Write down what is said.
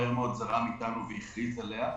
מהר מאוד זרם איתנו והכריז עליה.